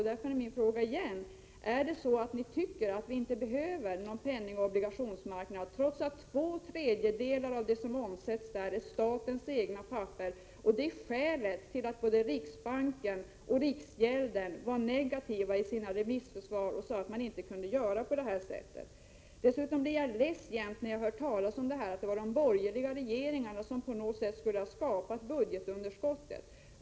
Därför är min fråga ytterligare en gång: Tycker ni att vi inte behöver en penningoch obligationsmarknad, trots att två tredjedelar av det som omsätts där är statens egna papper? Detta är ju skälet till att både riksbanken och riksgäldskontoret var negativa i sina remissvar och sade att man inte kunde göra på det här sättet. Jag blir dessutom leds varje gång jag hör att det var de borgerliga regeringarna som på något sätt skulle ha skapat budgetunderskottet.